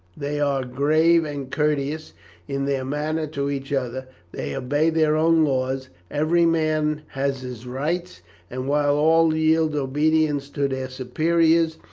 they are grave and courteous in their manner to each other they obey their own laws every man has his rights and while all yield obedience to their superiors,